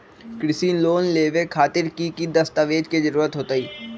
कृषि लोन लेबे खातिर की की दस्तावेज के जरूरत होतई?